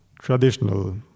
traditional